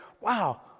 Wow